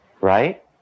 Right